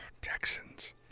Texans